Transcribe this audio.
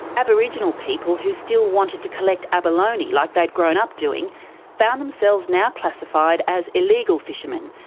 aboriginal people who still wanted to collect abalone like they'd grown up doing found themselves now classified as illegal fishermen,